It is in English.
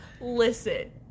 Listen